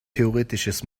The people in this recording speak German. theoretisches